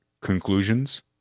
conclusions